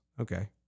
Okay